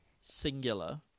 Singular